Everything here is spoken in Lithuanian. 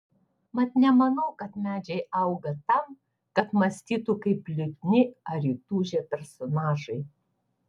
mat nemanau kad medžiai auga tam kad mąstytų kaip liūdni ar įtūžę personažai